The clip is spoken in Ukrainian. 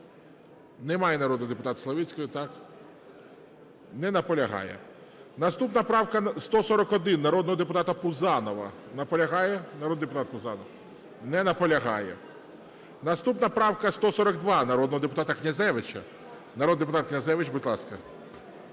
Немає народного депутата Славицької. Так? Не наполягає. Наступна правка 141 народного депутата Пузанова. Наполягає народний депутат Пузанов? Не наполягає. Наступна правка 142 народного депутата Князевича. Народний депутат Князевич, будь ласка.